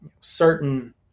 certain